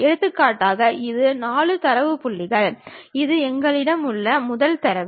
எடுத்துக்காட்டாக இது 4 தரவு புள்ளிகள் இது எங்களிடம் உள்ள முதல் தரவு